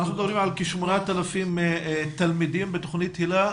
אנחנו מדברים על כ-8,000 בתוכנית היל"ה,